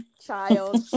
child